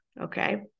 okay